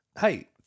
hey